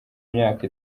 myaka